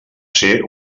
ser